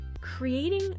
creating